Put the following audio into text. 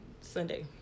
Sunday